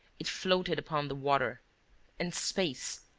it floated upon the water and space,